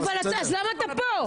למה אתה פה?